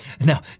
Now